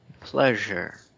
Pleasure